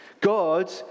God